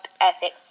ethic